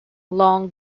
long